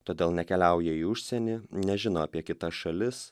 todėl nekeliauja į užsienį nežino apie kitas šalis